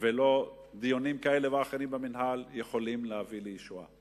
ולא דיונים כאלה ואחרים במינהל יכולים להביא לישועה.